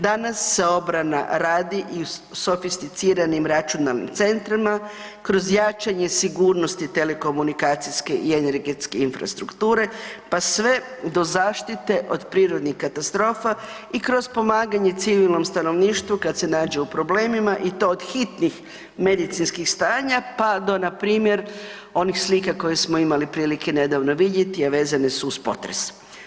Danas se obrana radi u sofisticiranim računalnim centrima, kroz jačanje sigurnosti telekomunikacijske i energetske infrastrukture, pa sve do zaštite od prirodnih katastrofa i kroz pomaganje civilnom stanovništvu kad se nađe u problemima i to od hitnih medicinskih stanja pa do npr. onih slika koje smo imali prilike nedavno vidjeti, a vezane su uz potres.